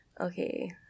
okay